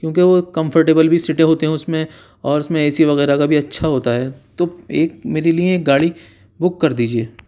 کیونکہ وہ کمفرٹیبل بھی سیٹیں ہوتی ہیں اس میں اور اس میں اے سی وغیرہ کا بھی اچھا ہوتا ہے تو ایک میرے لئے ایک گاڑی بک کر دیجیے